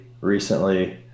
recently